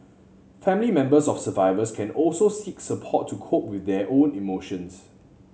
family members of survivors can also seek support to cope with their own emotions